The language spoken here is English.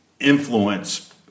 influence